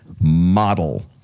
Model